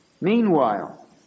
Meanwhile